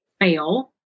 fail